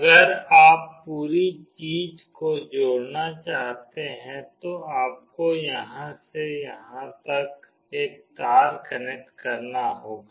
अगर आप पूरी चीज़ को जोड़ना चाहते हैं तो आपको यहाँ से यहाँ तक एक तार कनेक्ट करना होगा